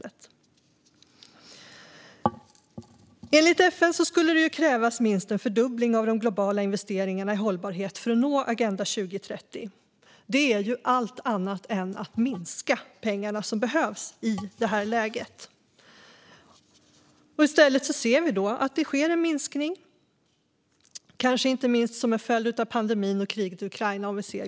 Enligt FN skulle det krävas minst en fördubbling av de globala investeringarna i hållbarhet för att nå Agenda 2030. Det som behövs i detta läge är alltså allt annat än att minska pengarna. I stället ser vi att det sker en minskning globalt sett, inte minst kanske som en följd av pandemin och kriget i Ukraina.